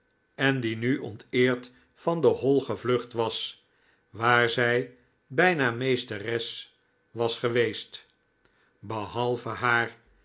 en die nu onteerd van de hall gevlucht was waar zij bijna meesteres was geweest behalve haar